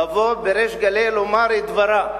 לבוא בריש גלי לומר את דברה,